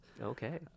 Okay